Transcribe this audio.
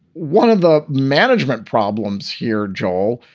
one of the management problems here, joel,